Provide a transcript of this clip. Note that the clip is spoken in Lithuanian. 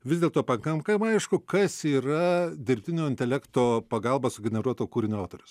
vis dėlto pakankamai aišku kas yra dirbtinio intelekto pagalba sugeneruoto kūrinio autorius